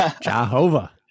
Jehovah